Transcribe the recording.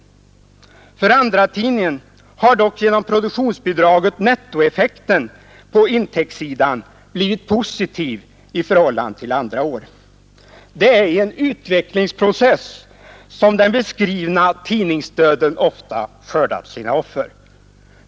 Onsdagen den För andratidningen har dock genom produktionsbidraget netto 24 maj 1972 effekten på intäktssidan blivit positiv i förhållande till andra år. 1 SP GRE NSP NEN IDEN Det är i en utvecklingsprocess som den beskrivna som tidningsdöden Skatt på reklam, ofta skördat sina offer.